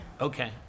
Okay